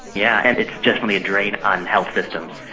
yeah and it's definitely a drain on health systems.